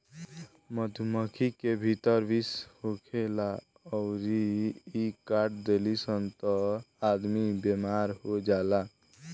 मधुमक्खी के भीतर विष होखेला अउरी इ काट देली सन त आदमी बेमार हो जाला